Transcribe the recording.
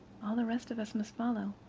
all the rest of us must follow.